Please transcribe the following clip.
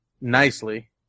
nicely